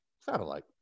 satellite